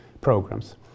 programs